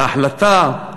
וההחלטה על